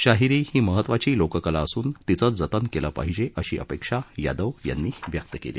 शाहिरी ही महत्त्वाची लोककला असून तिचं जतन केलं पाहिजे अशी अपेक्षा यादव यांनी व्यक्त केली